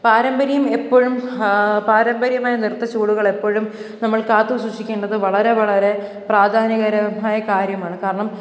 പാരമ്പര്യം എപ്പോഴും പാരമ്പര്യമായി നൃത്ത ചുവടുകളെപ്പോഴും നമ്മൾ കാത്തു സൂക്ഷിക്കേണ്ടത് വളരെ വളരെ പ്രാധാന്യകരമായ കാര്യമാണ് കാരണം